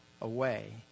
away